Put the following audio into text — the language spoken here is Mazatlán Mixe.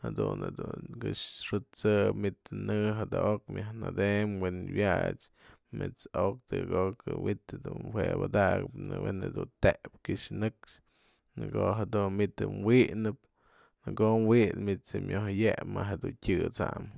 jadun jedun këxë xë'ët'sëp, manyt në'ë jada'ok myaj natemë we'en wyat's, met's o'ok, tëkëk o'ok wi'it du jue padakap we'en du tejpë kyax nëkxë në ko'o jedun manyt je wi'itnëp, në ko'o wi'itnëp manyt's je myojyepnëp ma je dun tyësanyën.